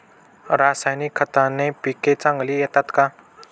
रासायनिक खताने पिके चांगली येतात का?